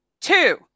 two